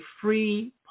free